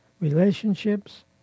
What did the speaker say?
relationships